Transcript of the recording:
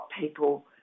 people